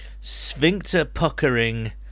sphincter-puckering